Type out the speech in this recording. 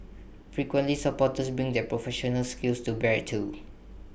frequently supporters bring their professional skills to bear too